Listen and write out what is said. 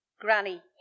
Granny